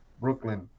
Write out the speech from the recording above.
Brooklyn